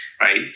right